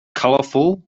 colorful